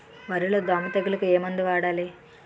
వరిలో దోమ తెగులుకు ఏమందు వాడాలి?